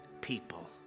people